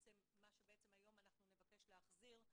מה שבעצם היום אנחנו נבקש להחזיר,